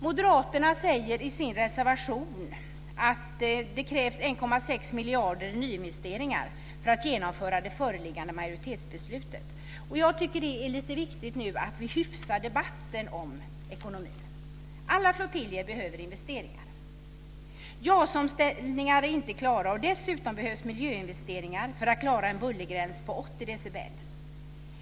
Moderaterna säger i sin reservation att det krävs 1,6 miljarder i nyinvesteringar för att genomföra det föreliggande majoritetsförslaget. Nu är det viktigt att vi hyfsar debatten om ekonomin. Alla flottiljer behöver investeringar. JAS omställningar är inte klara. Dessutom behövs miljöinvesteringar för att klara en bullergräns på 80 decibel.